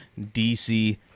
DC